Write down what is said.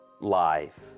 life